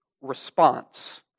response